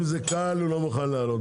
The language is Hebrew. אם זה קל, הוא לא מוכן לענות.